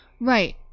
right